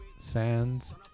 sands